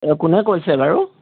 এ কোনে কৈছে বাৰু